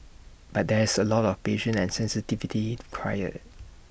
but there's A lot of patience and sensitivity required